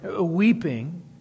weeping